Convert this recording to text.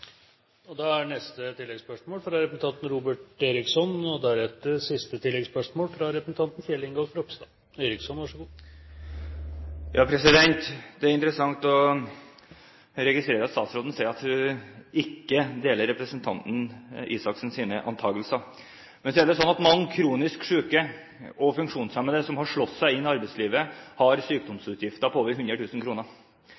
Robert Eriksson – til oppfølgingsspørsmål. Det er interessant å registrere at statsråden sier at hun ikke deler representanten Røe Isaksens antagelser. Men så er det sånn at mange kronisk syke og funksjonshemmede som har slåss seg inn i arbeidslivet, har